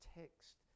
text